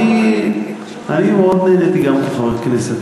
אני מאוד נהניתי גם כחבר כנסת.